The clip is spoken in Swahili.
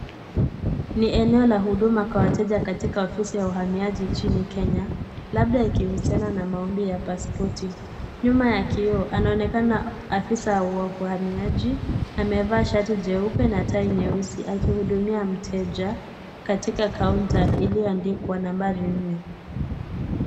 Ni eneo la Huduma Kwa wateja katika ofisi ya uhamiaji nchini Kenya labda ikihusiana na maombi ya pasipoti. Nyuma ya kioo anaonekana afisa wa uhamiaji amevaa shati jeupe na tai nyeusi akihudumia mteja katika kaunta iliyoandikwa nambari 4.